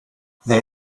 they